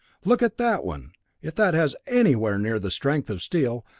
look at that one if that has anywhere near the strength of steel,